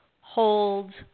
Hold